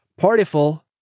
Partyful